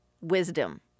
wisdom